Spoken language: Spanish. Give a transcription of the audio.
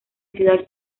ciudad